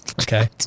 Okay